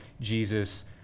Jesus